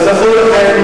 כזכור לכם,